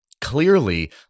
Clearly